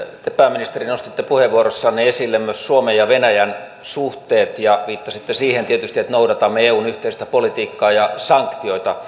te pääministeri nostitte puheenvuorossanne esille myös suomen ja venäjän suhteet ja viittasitte tietysti siihen että noudatamme eun yhteistä politiikkaa ja sanktioita